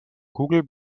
kugel